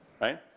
Right